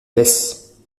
laisse